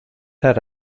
had